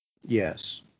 Yes